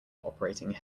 operating